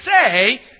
say